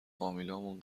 فامیلامونم